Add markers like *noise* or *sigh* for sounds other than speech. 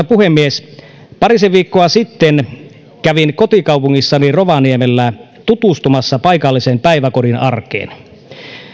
*unintelligible* puhemies parisen viikkoa sitten kävin kotikaupungissani rovaniemellä tutustumassa paikallisen päiväkodin arkeen